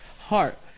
heart